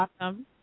awesome